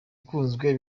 ukunzwe